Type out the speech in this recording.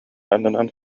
аннынан